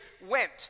went